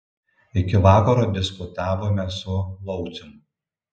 iki vakaro diskutavome su laucium